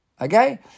Okay